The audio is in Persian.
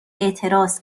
اعتراض